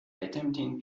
attempting